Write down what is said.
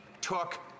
took